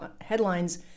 headlines